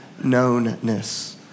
knownness